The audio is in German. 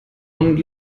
und